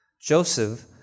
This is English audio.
Joseph